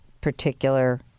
particular